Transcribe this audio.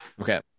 Okay